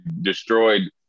destroyed